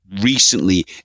recently